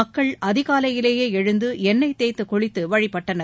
மக்கள் அதிகாலையிலேயே எழுந்து எண்ணெய் தேய்த்து குளித்து வழிபட்டனர்